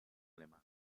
alemán